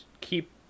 keep